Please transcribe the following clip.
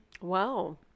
Wow